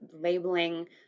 labeling